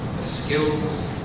skills